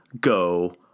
go